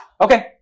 okay